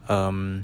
um